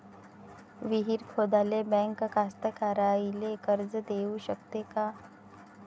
विहीर खोदाले बँक कास्तकाराइले कर्ज देऊ शकते का?